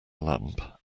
lamp